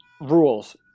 rules